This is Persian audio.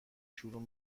شروع